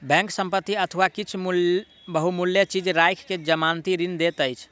bank संपत्ति अथवा किछ बहुमूल्य चीज राइख के जमानती ऋण दैत अछि